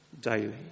daily